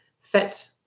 fit